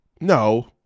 no